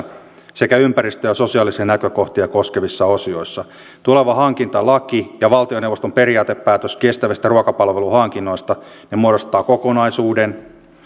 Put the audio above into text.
sekä ympäristö ja sosiaalisia näkökohtia koskevissa osioissa tuleva hankintalaki ja valtioneuvoston periaatepäätös kestävistä ruokapalveluhankinnoista muodostavat kokonaisuuden